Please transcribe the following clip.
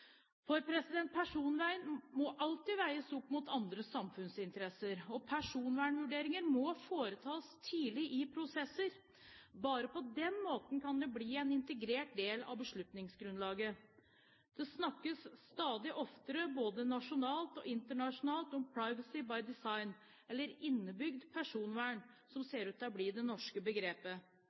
personvern. For personvern må alltid veies mot andre samfunnsinteresser. Og personvernvurderinger må foretas tidlig i prosessene. Bare på den måten kan de bli en integrert del av beslutningsgrunnlaget. Det snakkes stadig oftere, både nasjonalt og internasjonalt, om «privacy by design», eller innebygd personvern, som ser ut til å bli det norske begrepet.